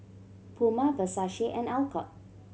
Puma Versace and Alcott